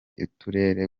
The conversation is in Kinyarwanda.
uturere